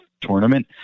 tournament